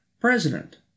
president